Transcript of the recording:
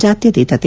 ಜಾತ್ಯತೀತತೆ